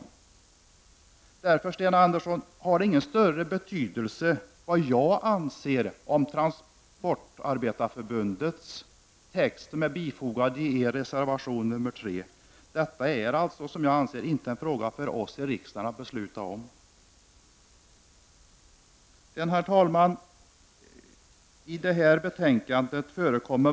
Därför vill jag säga till Sten Andersson i Malmö att det inte har någon större betydelse vad jag anser om Transportarbetareförbundets text, som är bifogad till er reservation 3. Jag anser alltså att detta inte är en fråga som riksdagen skall fatta beslut om. Herr talman!